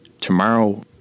tomorrow